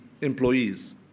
employees